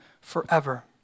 forever